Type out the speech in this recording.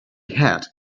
hat